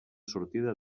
sortida